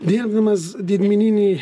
nienvimas didmeninėj